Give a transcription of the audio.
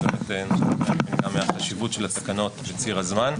ובאמת גם מהחשיבות של התקנות בציר הזמן.